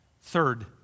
Third